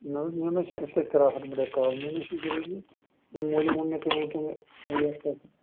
نہٕ حظ مےٚ نہَ حظ چھُ أسۍ کیٛازِ کٔرہاو ہنٛگتہٕ منٛگہٕ کال مےٚ وُچھ یہِ دوٗرِی امہِ موٗجوٗب ووٚن مےٚ تُہۍ ؤنۍتَو مےٚ ریٚٹ کیٛاہ چھِ